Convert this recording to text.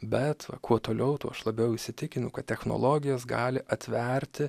bet kuo toliau tuo aš labiau įsitikinu kad technologijos gali atverti